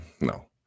no